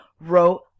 wrote